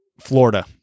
Florida